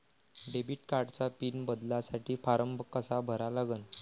Debit कार्डचा PIN बदलासाठी form कसा भरा लागन?